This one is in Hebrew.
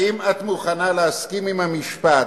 האם את מוכנה להסכים עם המשפט: